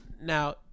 Now